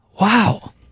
Wow